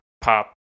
pop